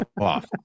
off